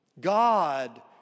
God